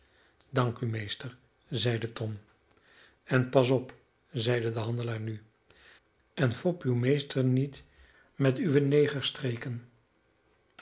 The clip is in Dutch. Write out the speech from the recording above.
dank u meester zeide tom en pas op zeide de handelaar nu en fop uw meester niet met uwe